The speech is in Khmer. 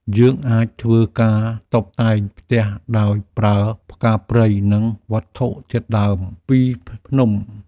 យើងអាចធ្វើការតុបតែងផ្ទះដោយប្រើផ្កាព្រៃ និងវត្ថុធាតុដើមពីភ្នំ។